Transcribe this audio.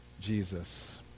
Jesus